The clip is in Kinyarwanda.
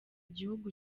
gihugu